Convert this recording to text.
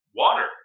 water